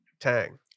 tang